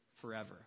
forever